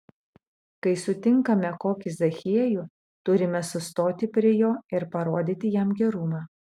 kai sutinkame kokį zachiejų turime sustoti prie jo ir parodyti jam gerumą